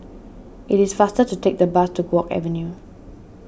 it is faster to take the bus to Guok Avenue